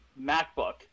MacBook